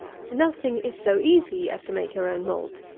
nothing is so easy as to make your own malt,